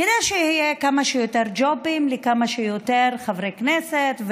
כדי שיהיו כמה שיותר ג'ובים לכמה שיותר חברי כנסת,